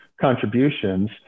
contributions